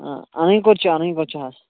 آ اَنٕنۍ کوٚت چھِ اَنٕنۍ کوٚت چھِ حظ